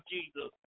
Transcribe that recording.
Jesus